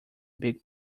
big